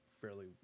fairly